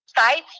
sites